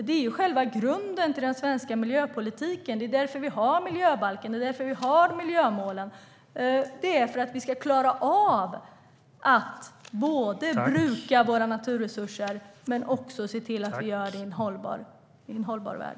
Det är själva grunden för den svenska miljöpolitiken. Det är därför vi har miljöbalken och miljömålen - för att vi ska klara av att både bruka våra naturresurser och se till att vi gör det i en hållbar värld.